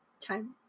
time